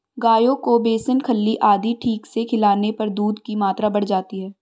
गायों को बेसन खल्ली आदि ठीक से खिलाने पर दूध की मात्रा बढ़ जाती है